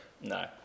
No